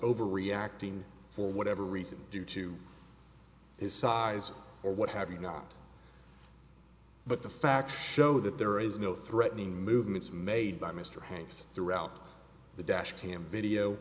overreacting for whatever reason due to his size or what have you not but the facts show that there is no threatening movements made by mr hanks throughout the dash cam video